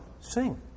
sing